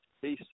Peace